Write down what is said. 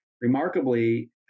remarkably